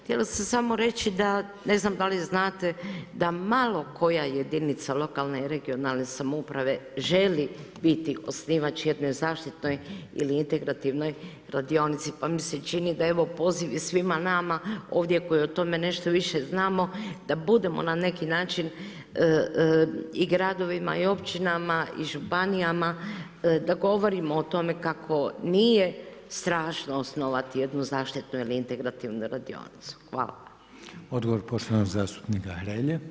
Htjela sam samo reći da ne znam da li znate, da malo koja jedinica lokalne i regionalne samouprave želi biti osnivač jednoj zaštitnoj ili integrativnoj radionici opa mi se čini da evo poziv je svima nama ovdje koji o tome nešto više znamo, da budemo na neki način i gradovima i općinama i županijama, da govorimo o tome kako nije strašno osnivati jednu zaštitnu ili integrativnu radionicu.